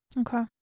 Okay